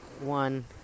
One